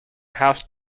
house